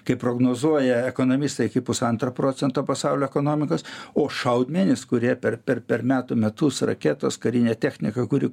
kaip prognozuoja ekonomistai iki pusantro procento pasaulio ekonomikos o šaudmenys kurie per per per metų metus raketos karinė technika kuri